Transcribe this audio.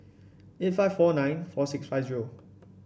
eight five four nine four six five zero